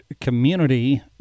community